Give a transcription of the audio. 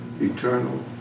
eternal